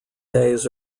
days